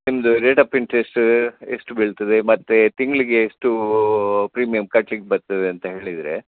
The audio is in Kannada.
ನಿಮ್ದು ರೇಟ್ ಆಫ್ ಇಂಟ್ರೆಸ್ಟು ಎಷ್ಟು ಬೀಳ್ತದೆ ಮತ್ತು ತಿಂಗಳಿಗೆ ಎಷ್ಟೂ ಪ್ರೀಮಿಯಮ್ ಕಟ್ಲಿಕ್ಕೆ ಬರ್ತದೆಂತ ಹೇಳಿದರೆ